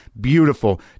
beautiful